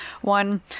one